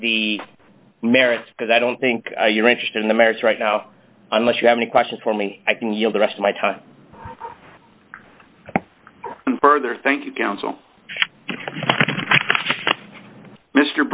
the merits because i don't think you're interested in the merits right now unless you have any questions for me i can yield the rest of my time further thank you counsel mr